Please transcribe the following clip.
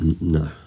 no